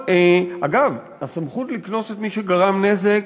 אגב, הסמכות לקנוס את מי שגרם נזק,